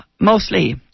mostly